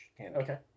Okay